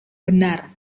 benar